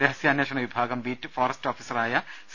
രഹസ്യാന്ധേ ഷണ വിഭാഗം beat forest ഓഫീസറായ സി